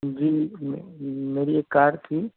جی میری ایک کار تھی